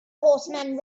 horseman